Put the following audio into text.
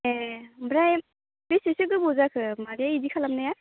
ए ओमफ्राय बेसेसो गोबाव जाखो मादै बिदि खालामनाया